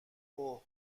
اوه